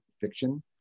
fiction